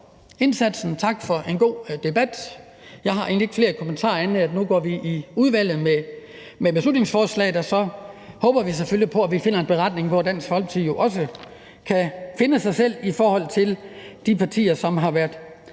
tak for en god debat. Jeg har egentlig ikke flere kommentarer, andet end at vi nu går i udvalget med beslutningsforslaget. Og så håber vi selvfølgelig på, at vi finder frem til en beretning, hvor Dansk Folkeparti også kan se sig selv i forhold til de partier, som har været